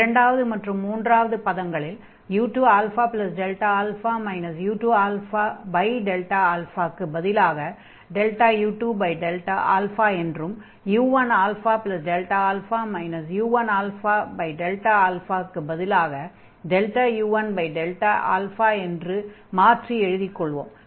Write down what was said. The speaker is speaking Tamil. இரண்டாவது மற்றும் மூன்றாவது பதங்களில் u2αΔα u2 α க்குப் பதிலாக u2 என்றும் u1αΔα u1 α க்குப் பதிலாக u1 என்றும் மாற்றி எழுதிக்கொள்வோம்